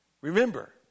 remember